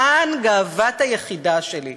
כאן גאוות היחידה שלי.